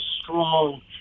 strong